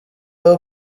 aho